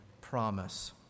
promise